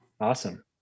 Awesome